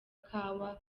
kawa